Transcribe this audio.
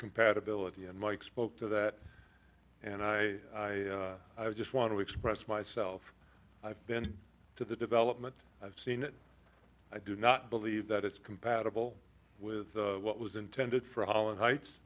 compatibility and mike spoke to that and i just want to express myself i've been to the development i've seen it i do not believe that it's compatible with what was intended for holland heights